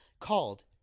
called